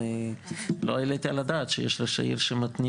ואני לא העליתי על הדעת שיש ראשי עיר שמתנים